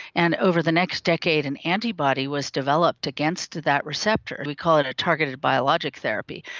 and over the next decade an antibody was developed against that receptor, we call it a targeted biologic therapy.